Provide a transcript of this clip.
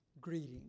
greetings